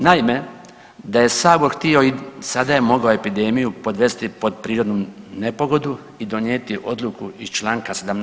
Naime, da je Sabor htio i sada je mogao epidemiju podvesti pod prirodnu nepogodu i donijeti odluku iz čl. 17.